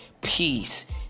peace